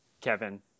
Kevin